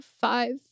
five